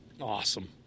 Awesome